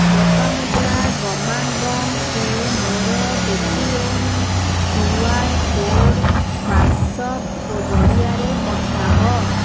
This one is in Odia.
ଲୋପାମୁଦ୍ରା ଗମାଙ୍ଗଙ୍କୁ ମୋର Paytm Q R code WhatsApp ଜରିଆରେ ପଠାଅ